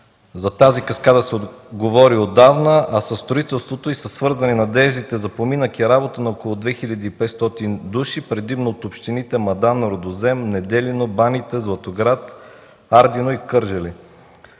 За тази каскада се говори отдавна, а със строителството й са свързани надеждите за поминък и работа на около 2500 души, предимно от общините Мадан, Рудозем, Неделино, Баните, Златоград, Ардино и Кърджали.